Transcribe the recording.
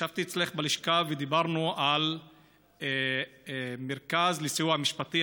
ישבתי אצלך בלשכה ודיברנו על מרכז לסיוע משפטי.